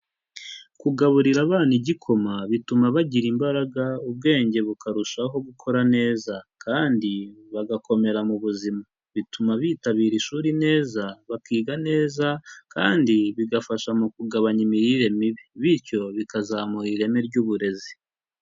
Kugaburira abana igikoma bituma bagira imbaraga, ubwenge bukarushaho gukora neza kandi bagakomera mu buzima, bituma bitabira ishuri neza, bakiga neza kandi bigafasha mu kugabanya imirire mibi, bityo bikazamura ireme ry'uburezi.